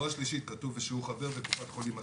כתוב 'ושהוא חבר בקופת חולים אחרת',